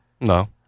No